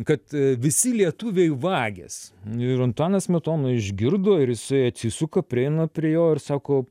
kad visi lietuviai vagys ir antanas smetona išgirdo ir jisai atsisuka prieina prie jo ir sako